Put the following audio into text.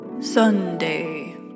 Sunday